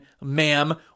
ma'am